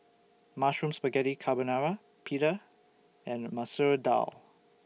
Mushroom Spaghetti Carbonara Pita and Masoor Dal